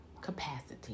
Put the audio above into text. capacity